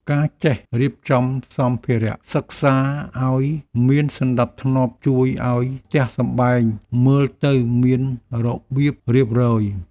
ការចេះរៀបចំសម្ភារៈសិក្សាឱ្យមានសណ្តាប់ធ្នាប់ជួយឱ្យផ្ទះសម្បែងមើលទៅមានរបៀបរៀបរយ។